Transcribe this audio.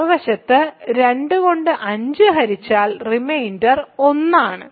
മറുവശത്ത് 2 കൊണ്ട് 5 ഹരിച്ചാൽ റിമൈൻഡർ 1 ആണ്